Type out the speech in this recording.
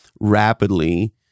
rapidly